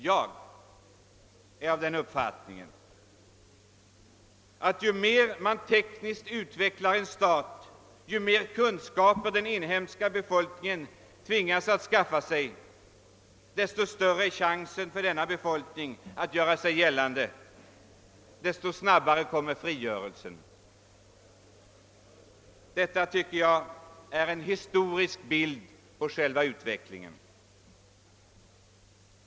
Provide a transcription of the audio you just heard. Jag är av den uppfattningen att ju mer man tekniskt utvecklar en stat, ju mer kunskaper den inhemska befolkningen tvingas att skaffa sig desto större är chansen för denna befolkning att göra sig gällande och desto snabbare kommer frigörelsen. Jag tycker att detta är en historisk bild av själva utvecklingen.